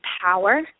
power